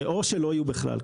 ואו שלא יהיו בכלל,